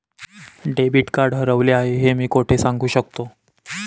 Debit card हरवले आहे हे मी कोठे सांगू शकतो?